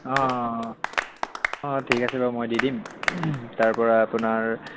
অঁ অঁ অঁ ঠিক আছে বাৰু মই দি দিম তাৰপৰা আপোনাৰ